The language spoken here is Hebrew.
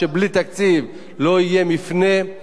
שבלי תקציב לא יהיה מפנה,